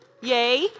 Yay